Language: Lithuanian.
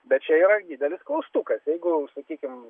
bet čia yra didelis klaustukas jeigu sakykim